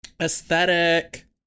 aesthetic